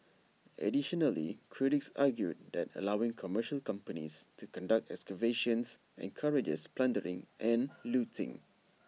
additionally critics argued that allowing commercial companies to conduct excavations encourages plundering and looting